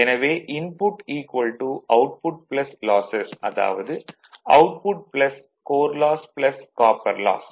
எனவே input output losses அதாவது output core loss copper loss